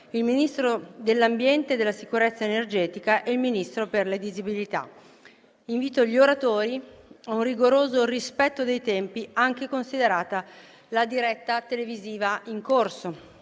il Ministro dell'ambiente e della sicurezza energetica e il Ministro per le disabilità. Invito gli oratori ad un rigoroso rispetto dei tempi, considerata la diretta televisiva in corso.